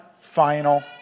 final